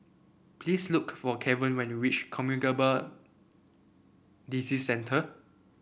please look for Keven when you reach Communicable Disease Centre